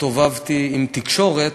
הסתובבתי עם תקשורת,